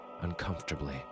uncomfortably